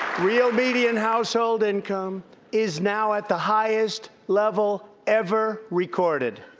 real median household income is now at the highest level ever recorded.